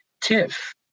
Tiff